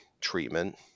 treatment